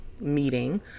meeting